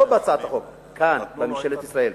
לא בהצעת החוק, כאן, בממשלת ישראל,